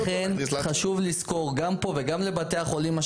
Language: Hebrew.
לכן חשוב לזכור גם כאן וגם באשר לבתי החולים עליהם